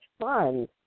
fun